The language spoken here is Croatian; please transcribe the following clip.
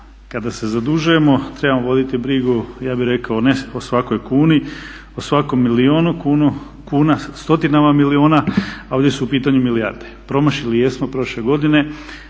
Kada se zadužujemo trebamo voditi brigu, ja bih rekao ne o svakoj kuni, o svakom milijunu kuna, stotinama milijuna a ovdje su u pitanju milijarde. Promašili jesmo prošle godine,